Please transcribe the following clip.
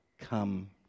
come